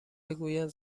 بگویند